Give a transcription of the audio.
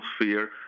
atmosphere